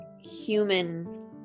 human